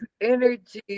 energy